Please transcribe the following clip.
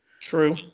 True